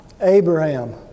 Abraham